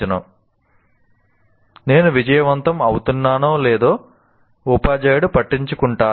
'నేను విజయవంతం అవుతున్నానో లేదో ఉపాధ్యాయుడు పట్టించుకుంటారా